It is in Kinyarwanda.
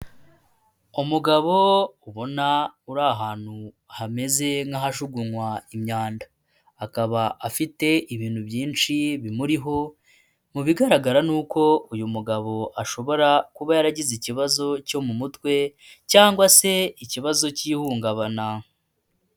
Umugabo ubona uri ahantu hameze nk'ahajugunywa imyanda, akaba afite ibintu byinshi bimuriho mu bigaragara ni uko uyu mugabo ashobora kuba yaragize ikibazo cyo mu mutwe cyangwa se ikibazo cy'ihungabana.